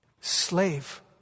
Slave